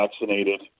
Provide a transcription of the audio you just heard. vaccinated